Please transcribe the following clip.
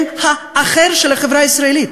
הם "האחר" של החברה הישראלית?